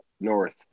north